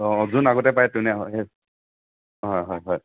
অঁ যোন আগতে পায় তোনে হয় সেই হয় হয় হয়